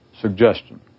suggestion